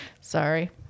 Sorry